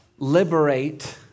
liberate